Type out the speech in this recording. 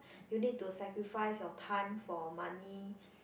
you need to sacrifice your time for money